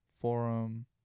forum